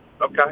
Okay